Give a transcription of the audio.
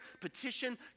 petition